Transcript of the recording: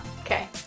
okay